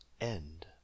End